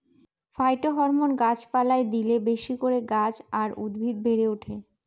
phytohormone গাছ পালায় দিলে বেশি করে গাছ আর উদ্ভিদ বেড়ে ওঠে